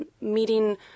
meeting